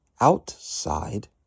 outside